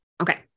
Okay